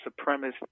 supremacist